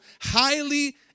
highly